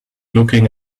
looking